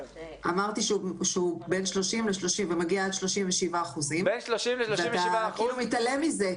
אמרתי שהוא בין 30% עד 37%. ואתה כאילו מתעלם מזה,